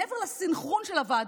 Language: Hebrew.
מעבר לסנכרון של הוועדות,